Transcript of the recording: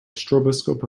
stroboscope